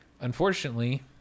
Unfortunately